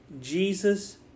Jesus